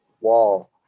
wall